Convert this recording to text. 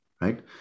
right